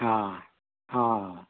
ஆ ஆ